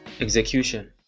Execution